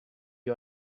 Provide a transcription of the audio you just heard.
you